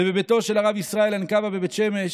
ובביתו של הרב ישראל אנקווה בבית שמש.